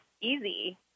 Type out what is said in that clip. easy